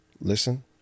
listen